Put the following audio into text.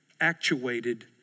actuated